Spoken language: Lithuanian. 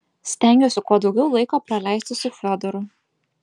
stengiuosi kuo daugiau laiko praleisti su fiodoru